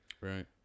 right